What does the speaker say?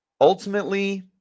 Ultimately